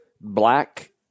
Black